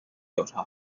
调查